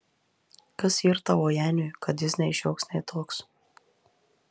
kas yr tavo janiui kad jis nei šioks nei toks